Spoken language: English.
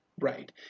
Right